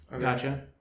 Gotcha